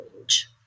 age